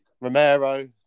Romero